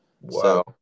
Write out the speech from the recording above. Wow